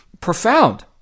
profound